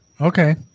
okay